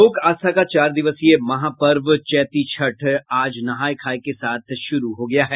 लोक आस्था का चार दिवसीय महापर्व चैती छठ आज नहाय खाय के साथ शुरू हो गया है